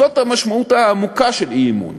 זאת המשמעות העמוקה של אי-אמון.